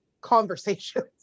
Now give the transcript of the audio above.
conversations